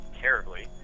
terribly